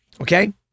Okay